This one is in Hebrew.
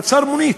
עצר מונית,